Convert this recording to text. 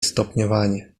stopniowanie